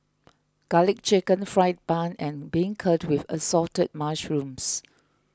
Garlic Chicken Fried Bun and Beancurd with Assorted Mushrooms